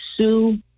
sue